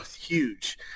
huge